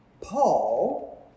Paul